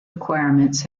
requirements